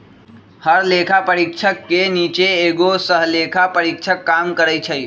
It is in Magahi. हर लेखा परीक्षक के नीचे एगो सहलेखा परीक्षक काम करई छई